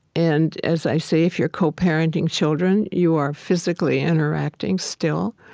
and as i say, if you're co-parenting children, you are physically interacting still.